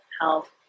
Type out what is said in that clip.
health